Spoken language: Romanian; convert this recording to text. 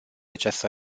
această